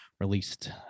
released